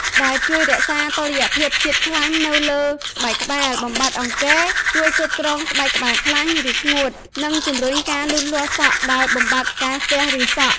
ដែលជួយរក្សាតុល្យភាពជាតិខ្លាញ់នៅលើស្បែកក្បាល បំបាត់អង្គែរ ជួយគ្រប់គ្រងស្បែកក្បាលខ្លាញ់ ឬស្ងួត និងជំរុញការលូតលាស់សក់ដោយបំបាត់ការស្ទះឫសសក់។